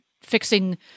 fixing